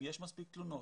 אם יש מספיק תלונות,